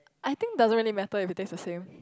I think doesn't really matter if it taste the same